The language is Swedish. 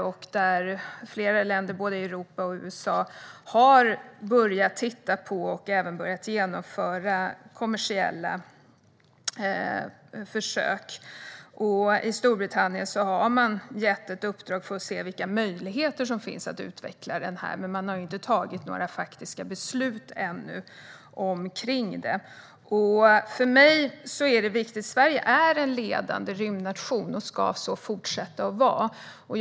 Flera europeiska länder och USA har börjat titta på och genomföra kommersiella försök. I Storbritannien har man gett ett uppdrag för att se vilka möjligheter som finns att utveckla detta, men man har ännu inte tagit några faktiska beslut. Sverige är en ledande rymdnation och ska så fortsätta att vara.